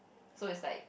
so is like